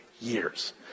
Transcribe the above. years